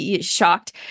shocked